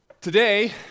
Today